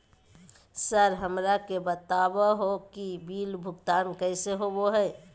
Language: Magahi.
सर हमरा के बता हो कि बिल भुगतान कैसे होबो है?